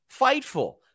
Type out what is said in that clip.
Fightful